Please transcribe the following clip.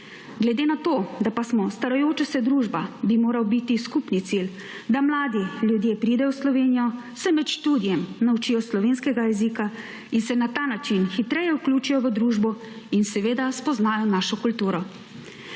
Glede na to, da pa smo starajoča se družba, bi moral biti skupni cilj, da mladi ljudje pridejo v Slovenijo, se med študijem naučijo slovenskega jezika in se na ta način hitreje vključijo v družbo in seveda spoznajo našo kulturo.